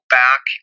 back